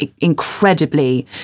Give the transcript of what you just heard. incredibly